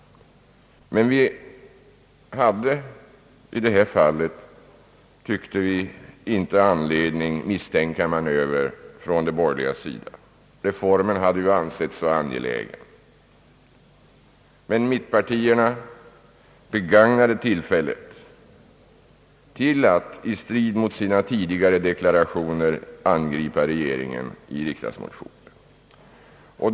Men vi hade i detta fall, tyckte vi, inte någon anledning att misstänka någon manöver från de borgerligas sida — reformen hade ju ansetts så angelägen. Mittenpartierna begagnade dock tillfället till att i strid mot sina tidigare deklarationer angripa regeringen i riksdagsmotioner.